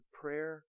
prayer